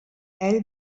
ell